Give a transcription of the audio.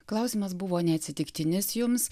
klausimas buvo neatsitiktinis jums